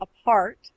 apart